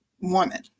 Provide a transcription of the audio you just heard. woman